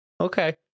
Okay